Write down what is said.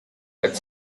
but